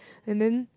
and then